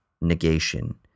negation